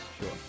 Sure